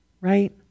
right